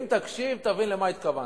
אם תקשיב, תבין למה התכוונו.